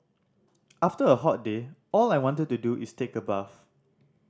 after a hot day all I want to do is take a bath